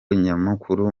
nyamukuru